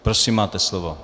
Prosím, máte slovo.